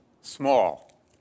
Small